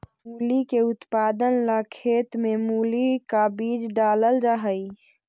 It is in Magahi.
मूली के उत्पादन ला खेत में मूली का बीज डालल जा हई